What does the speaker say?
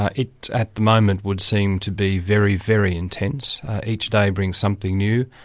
ah it, at the moment, would seem to be very, very intense each day brings something new.